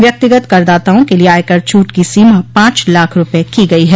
व्यक्तिगत करदाताओं के लिए आयकर छूट की सीमा पांच लाख रूपये की गई है